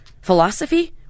philosophy